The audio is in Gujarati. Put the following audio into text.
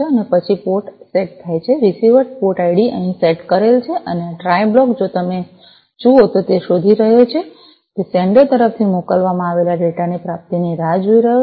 અને પછી પોર્ટ સેટ થાય છે રીસીવર પોર્ટ આઈડી અહીં સેટ કરેલ છે અને આ ટ્રાય બ્લોક જો તમે જુઓ તો તે શોધી રહ્યો છે તે સેંડર તરફથી મોકલવામાં આવેલ ડેટાની પ્રાપ્તિની રાહ જોઈ રહ્યો છે